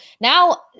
now